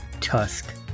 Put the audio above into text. tusk